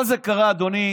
כל זה קרה, אדוני